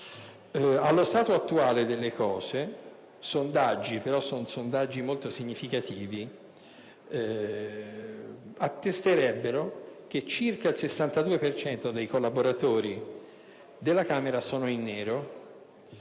Allo stato attuale, alcuni sondaggi molto significativi attesterebbero che circa il 62 per cento dei collaboratori della Camera è in nero,